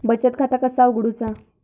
बचत खाता कसा उघडूचा?